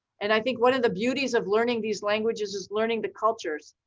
and i think one of the beauties of learning these languages is learning the cultures.